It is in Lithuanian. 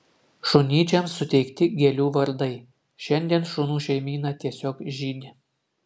šunyčiams suteikti gėlių vardai šiandien šunų šeimyna tiesiog žydi